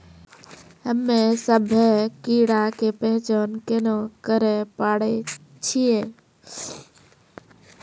हम्मे सभ्भे कीड़ा के पहचान केना करे पाड़ै छियै?